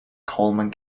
coleman